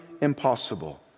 impossible